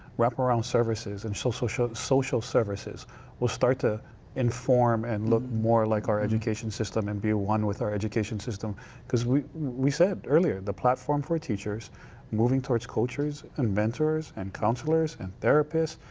wrap around services and so social social services will start to inform and look more like our education system and be at one with our education system because we we said earlier, the platform for teachers moving towards cultures and mentors and counselors and therapies,